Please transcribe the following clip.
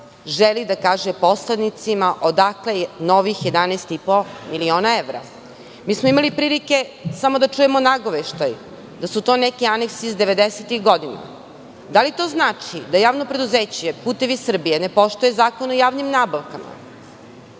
želi da kaže poslanicima odakle je novih 11,5 miliona evra. Imali smo prilike samo da čujemo nagoveštaj da su to neki aneksi iz 90-tih godina. Da li to znači da Javno preduzeće "Putevi Srbije" ne poštuje Zakon o javnim nabavkama?